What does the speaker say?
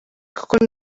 kuko